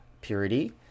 Purity